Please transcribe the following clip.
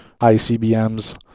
ICBMs